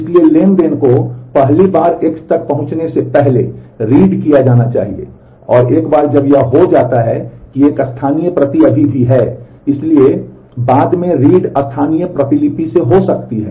इसलिए ट्रांज़ैक्शन को पहली बार X तक पहुंचने से पहले रीड किया जा सकता है